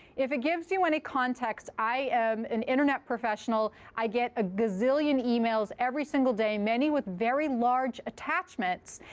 if it gives you any context, i am an internet professional. i get a gazillion emails every single day, many with very large attachments.